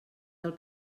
del